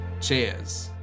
Cheers